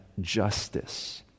justice